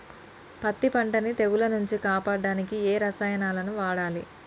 పత్తి పంటని తెగుల నుంచి కాపాడడానికి ఏ రసాయనాలను వాడాలి?